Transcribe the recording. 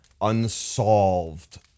unsolved